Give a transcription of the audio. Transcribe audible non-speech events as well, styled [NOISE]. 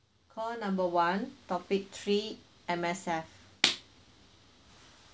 call number one topic three M_S_F [NOISE]